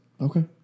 Okay